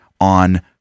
on